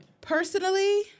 Personally